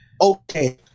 Okay